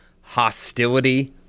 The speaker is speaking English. hostility